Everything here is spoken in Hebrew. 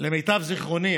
למיטב זיכרוני.